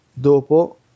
dopo